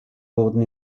wurden